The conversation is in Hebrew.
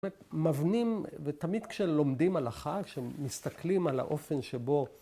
‫מבנים, ותמיד כשלומדים הלכה, ‫כשמסתכלים על האופן שבו...